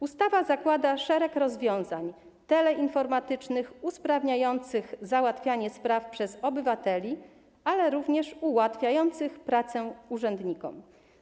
Ustawa zakłada szereg rozwiązań teleinformatycznych usprawniających załatwianie spraw przez obywateli, ale również ułatwiających pracę urzędnikom.